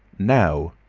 now,